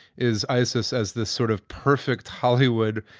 is isis as this sort of perfect hollywood.